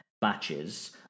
batches